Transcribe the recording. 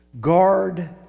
Guard